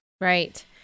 Right